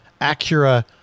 Acura